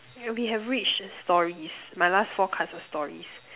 we have reached stories my last four cards are stories